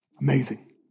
Amazing